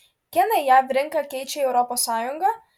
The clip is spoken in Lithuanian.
kinai jav rinką keičia į europos sąjungą